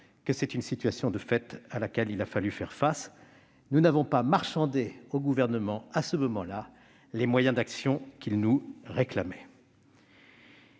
que c'est une situation de fait à laquelle il a fallu faire face : nous n'avons pas marchandé au Gouvernement, à ce moment-là, les moyens d'action qu'il nous réclamait.